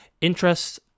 Interest